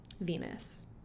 Venus